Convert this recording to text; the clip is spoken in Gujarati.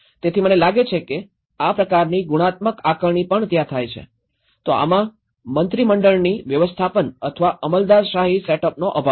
તેથી મને લાગે છે કે આ પ્રકારની ગુણાત્મક આકારણી પણ ત્યાં છે તો આમાં મંત્રી મંડળની વ્યવસ્થાપન અથવા અમલદારશાહી સેટઅપનો અભાવ છે